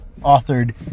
authored